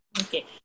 Okay